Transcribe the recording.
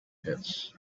pits